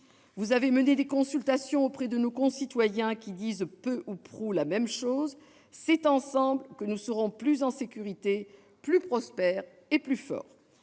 Vous avez mené des consultations auprès de nos concitoyens, qui disent peu ou prou la même chose : c'est ensemble que nous serons plus en sécurité, plus prospères et plus forts.